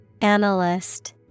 Analyst